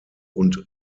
und